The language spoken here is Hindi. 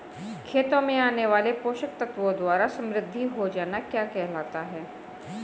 खेतों में आने वाले पोषक तत्वों द्वारा समृद्धि हो जाना क्या कहलाता है?